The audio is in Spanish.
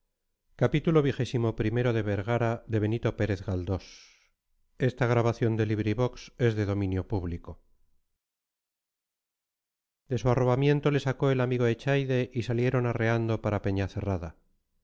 su arrobamiento le sacó el amigo echaide y salieron arreando para